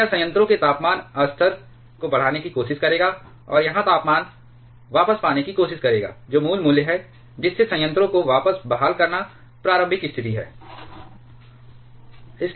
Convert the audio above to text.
तो यह संयंत्रों के तापमान स्तर को बढ़ाने की कोशिश करेगा और यहाँ तापमान वापस पाने की कोशिश करेगा जो मूल मूल्य है जिससे संयंत्रों को वापस बहाल करना प्रारंभिक स्थिति है